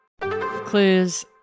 Clues